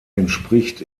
entspricht